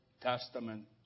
Testament